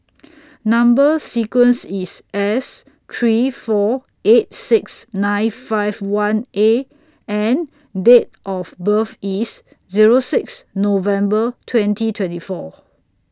Number sequence IS S three four eight six nine five one A and Date of birth IS Zero six November twenty twenty four